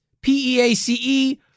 P-E-A-C-E